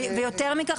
ויותר מכך,